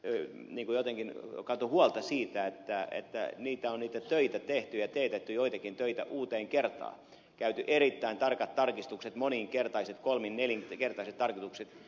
ojansuu jotenkin kantoi huolta siitä että niitä töitä on tehty ja teetetty joitakin töitä uuteen kertaan käyty erittäin tarkat tarkistukset moninkertaiset kolmin nelinkertaiset tarkistukset